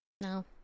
no